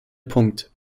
punkt